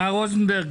מר רוזנברג,